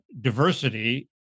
diversity